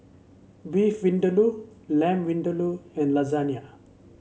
Beef Vindaloo Lamb Vindaloo and